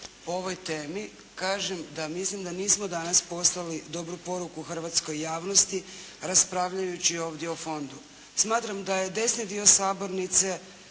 po ovoj temi kažem da mislim da nismo danas poslali dobru poruku hrvatskoj javnosti raspravljajući ovdje o Fondu. Smatram da je desni dio sabornice